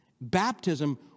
baptism